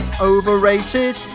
Overrated